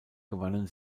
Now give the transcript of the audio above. gewannen